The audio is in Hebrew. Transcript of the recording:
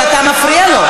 אבל אתה מפריע לו.